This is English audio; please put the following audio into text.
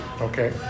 Okay